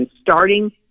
starting